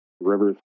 Rivers